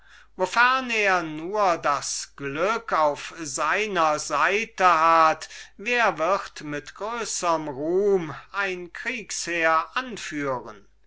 wofern er nur das glück auf seiner seite hat wer wird mit größerm ruhm ein kriegsheer anführen